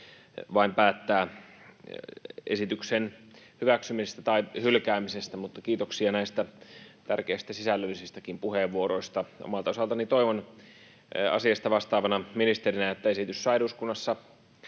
vain päättää esityksen hyväksymisestä tai hylkäämisestä, mutta kiitoksia näistä tärkeistä sisällöllisistäkin puheenvuoroista. Omalta osaltani toivon asiasta vastaavana ministerinä, että esitys saa eduskunnassa